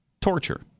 torture